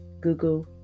Google